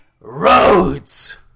Rhodes